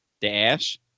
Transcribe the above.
Dash